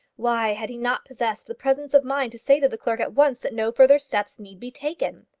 why had he not possessed the presence of mind to say to the clerk at once that no further steps need be taken?